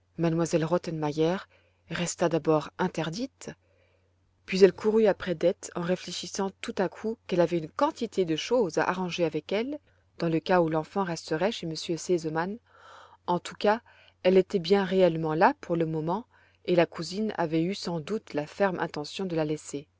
m elle rottenmeier resta d'abord interdite puis elle courut après dete en réfléchissant tout à coup qu'elle avait une quantité de choses à arranger avec elle dans le cas où l'enfant resterait chez m r sesemann en tout cas elle était bien réellement là pour le moment et la cousine avait eu sans doute la ferme intention de la laisser